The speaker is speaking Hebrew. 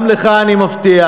גם לך אני מבטיח,